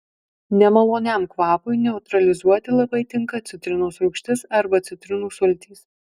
nemaloniam kvapui neutralizuoti labai tinka citrinos rūgštis arba citrinų sultys